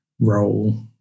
role